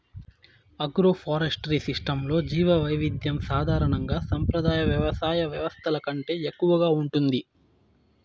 agroforestry సిస్టమ్స్లో జీవవైవిధ్యం సాధారణంగా సంప్రదాయ వ్యవసాయ వ్యవస్థల కంటే ఎక్కువగా ఉంటుంది